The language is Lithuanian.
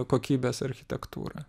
kokybės architektūrą